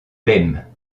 l’aime